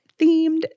themed